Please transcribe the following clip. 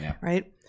right